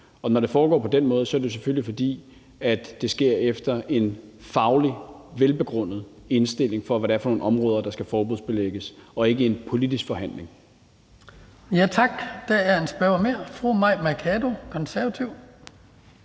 Når det foregår på den måde, er det selvfølgelig, fordi det sker efter en faglig, velbegrundet indstilling om, hvad det er for nogle områder, der skal forbudsbelægges, og ikke en politisk forhandling.